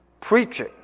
Preaching